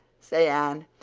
say, anne,